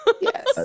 Yes